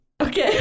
Okay